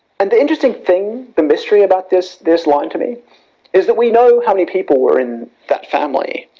and the interesting thing, the mystery about this, this line to me is that we know, how many people were in that family.